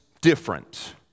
different